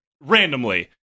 Randomly